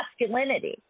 masculinity